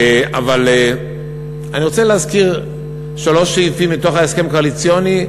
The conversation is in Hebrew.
אבל אני רוצה להזכיר שלושה סעיפים מתוך ההסכם הקואליציוני,